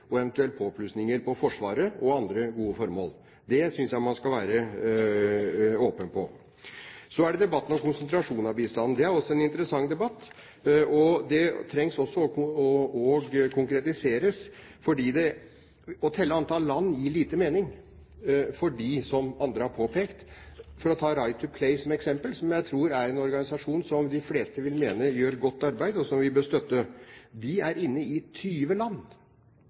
og eventuelt påplusninger til Forsvaret og andre gode formål. Det synes jeg man skal være åpen om. Så til debatten om konsentrasjonen av bistanden. Det er også en interessant debatt, men trengs å konkretiseres. Å telle antall land gir lite mening, som andre har påpekt – for å ta Right To Play som et eksempel, en organisasjon som jeg tror de fleste vil mene gjør et godt arbeid, og som vi bør støtte. De er inne i 20 land.